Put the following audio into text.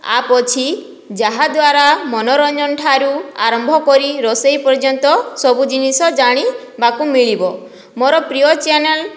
app ଅଛି ଯାହାଦ୍ୱାରା ମନୋରଞ୍ଜନ ଠାରୁ ଆରମ୍ଭ କରି ରୋଷେଇ ପର୍ଯ୍ୟନ୍ତ ସବୁ ଜିନିଷ ଜାଣିବାକୁ ମିଳିବ ମୋର ପ୍ରିୟ ଚ୍ୟାନେଲ୍